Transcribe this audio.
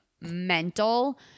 mental